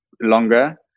longer